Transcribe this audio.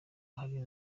hari